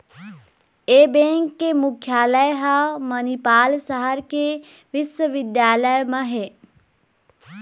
ए bank के मुख्यालय ह मनिपाल सहर के बिस्वबिद्यालय म हे